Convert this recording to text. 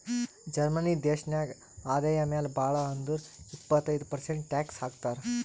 Germany ದೇಶನಾಗ್ ಆದಾಯ ಮ್ಯಾಲ ಭಾಳ್ ಅಂದುರ್ ಇಪ್ಪತ್ತೈದ್ ಪರ್ಸೆಂಟ್ ಟ್ಯಾಕ್ಸ್ ಹಾಕ್ತರ್